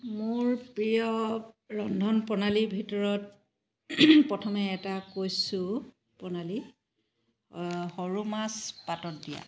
মোৰ প্ৰিয় ৰন্ধন প্ৰণালী ভিতৰত প্ৰথমে এটা কৈছো প্ৰণালী সৰু মাছ পাতত দিয়া